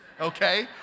okay